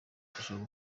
kurushaho